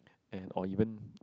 and or even